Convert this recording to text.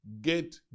get